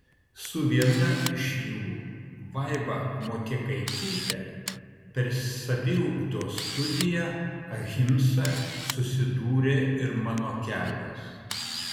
su viena iš jų vaiva motiekaityte per saviugdos studiją ahimsa susidūrė ir mano kelias